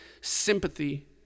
sympathy